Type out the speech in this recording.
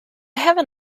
have